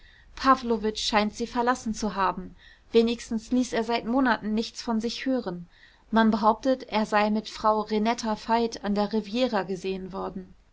pawlowitsch scheint sie verlassen zu haben wenigstens ließ er seit monaten nichts von sich hören man behauptet er sei mit frau renetta veit an der riviera gesehen worden